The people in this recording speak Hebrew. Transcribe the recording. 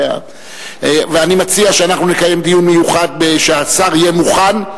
אני מציע שנקיים דיון מיוחד כשהשר יהיה מוכן.